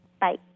Bye